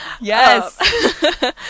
Yes